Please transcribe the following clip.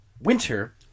winter